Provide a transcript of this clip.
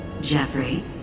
Jeffrey